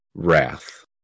wrath